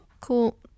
Cool